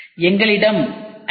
எங்களிடம் ஐ